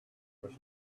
was